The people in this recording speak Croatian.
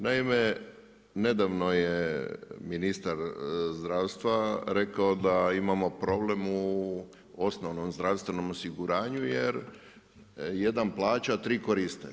Naime, nedavno je ministar zdravstva rekao da imamo problem u osnovnom zdravstvenom osiguranju, jer jedan plaća, a 3 koriste.